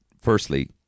firstly